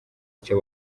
icyo